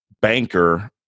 banker